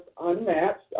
unmatched